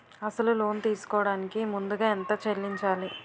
అసలు లోన్ తీసుకోడానికి ముందుగా ఎంత చెల్లించాలి?